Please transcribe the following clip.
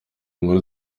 nkuru